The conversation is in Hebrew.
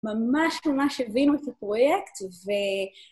ממש ממש הבינו את הפרויקט ו...